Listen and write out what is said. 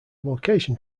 location